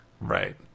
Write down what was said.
Right